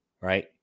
Right